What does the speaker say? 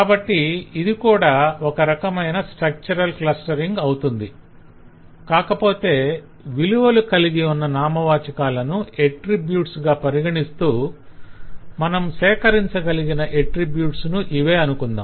కాబట్టి ఇది కూడా ఒక రకమైన స్ట్రక్చరల్ క్లస్టరింగ్ అవుతుంది కాకపోతే విలువలు కలిగియున్న నామవాచాకాలను ఎట్రిబ్యూట్స్ గా పరిగణిస్తూ మనం సేకరించగలిగిన ఎట్రిబ్యూట్స్ ను ఇవే అనుకొందాం